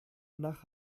nach